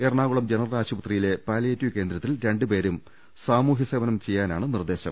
Ernakulam general ആശുപത്രിയിലെ palliative കേന്ദ്രത്തിൽ രണ്ട് പേരും സാമൂഹ്യ സേവനം ചെയ്യാനാണ് നിർദേശം